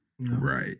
Right